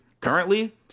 Currently